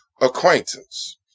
acquaintance